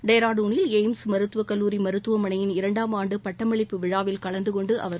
டேராடுனில் எய்ம்ஸ் மருத்துவக் கல்லூரி மருத்துவமனையில் இரண்டாம் ஆண்டு பட்டமளிப்பு விழாவில் கலந்து கொண்டு அவர் உரையாற்றினார்